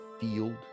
field